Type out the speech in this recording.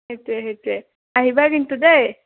সেইটোৱে সেইটোৱে আহিবা কিন্তু দেই